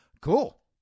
Cool